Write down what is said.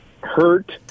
hurt